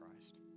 Christ